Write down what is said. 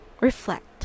Reflect